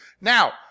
Now